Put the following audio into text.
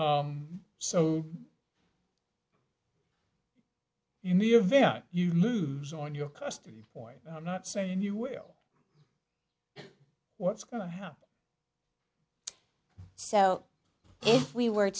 see so in the event you lose on your custody point i'm not saying you will what's going to happen so if we were